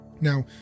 Now